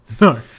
No